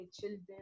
children